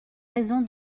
raison